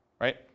right